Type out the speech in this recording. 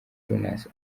jonas